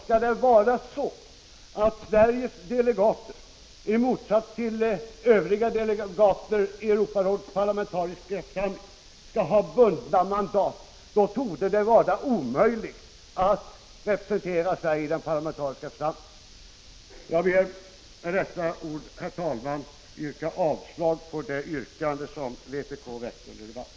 Skall Sveriges delegater, i motsats till övriga delegater i Europarådets parlamentariska församling, ha bundna mandat, torde det vara omöjligt att i församlingen representera Sverige. Jag ber med dessa ord, herr talman, att få yrka avslag på det yrkande som vpk har framställt under debatten.